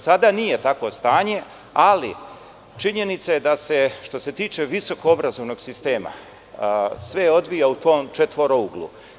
Sada nije takvo stanje, ali činjenica je da se što se tiče visokoobrazovnog sistema sve odvija u tom četvorouglu.